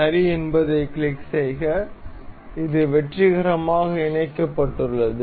சரி என்பதைக் கிளிக் செய்க இது வெற்றிகரமாக இணைக்கப்பட்டுள்ளது